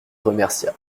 remercia